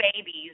babies